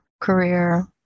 career